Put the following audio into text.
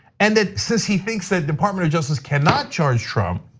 and then since he thinks the department of justice cannot charge trump,